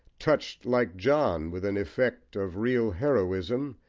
touched, like john, with an effect of real heroism,